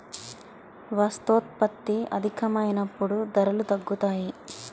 వస్తోత్పత్తి అధికమైనప్పుడు ధరలు తగ్గుతాయి